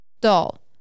dull